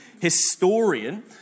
historian